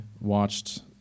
watched